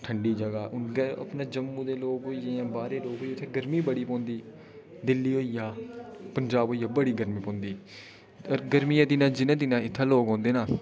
ठंडी जगह जम्मू दे लोक होई गे जि'यां बाह्रै दे लोक होई गे उत्थै गर्मी बड़ी गै पौंदी दिल्ली होई गेआ पंजाब होई गेआ बड़ी गर्मी पौंदी ते पर गर्मियें दिनें जि'नें दिनें लोक इत्थै औंदे ना